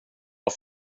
var